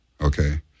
Okay